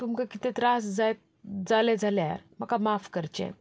तुमकां कितले त्रास जाले जाल्यार म्हाका माफ करचें